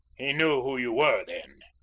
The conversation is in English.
he knew who you were then?